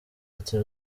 ati